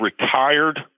retired